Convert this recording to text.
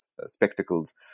spectacles